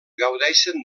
gaudeixen